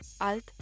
Alt